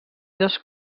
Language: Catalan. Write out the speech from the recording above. dos